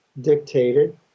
dictated